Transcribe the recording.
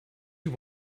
you